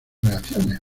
reacciones